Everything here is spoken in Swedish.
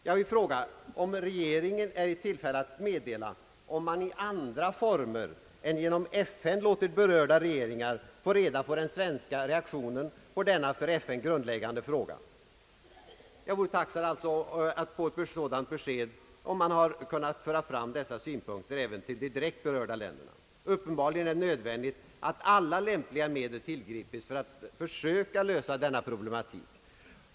Jag vill fråga om regeringen är i tillfälle att meddela om man i andra former än genom FN har låtit berörda regeringar få reda på den svenska reaktionen på denna för FN grundläggande fråga. Jag vore tacksam om jag kunde få ett sådant besked om huruvida man har kunnat få fram dessa synpunkter även till de direkt berörda länderna. Uppenbarligen är det nödvändigt att alla lämpliga medel tillgripas för att lösa detta problem.